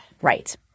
Right